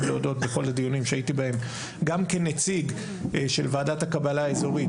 יש כאן את נציג המועצה האזורית,